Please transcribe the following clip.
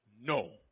no